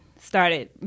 Started